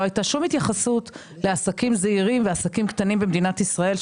לא הייתה שום התייחסות לעסקים זעירים ולעסקים קטנים במדינת ישראל.